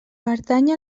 pertany